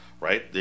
right